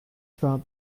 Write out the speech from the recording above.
trump